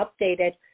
updated